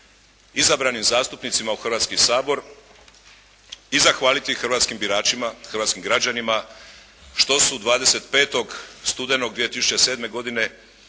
izabranim zastupnicima u Hrvatski sabor i zahvaliti hrvatskim biračima, hrvatskim građanima što su 25. studenog 2007. godine